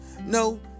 No